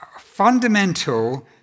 fundamental